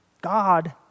God